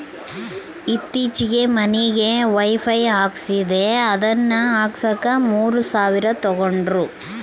ಈತ್ತೀಚೆಗೆ ಮನಿಗೆ ವೈಫೈ ಹಾಕಿಸ್ದೆ ಅದನ್ನ ಹಾಕ್ಸಕ ಮೂರು ಸಾವಿರ ತಂಗಡ್ರು